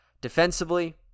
Defensively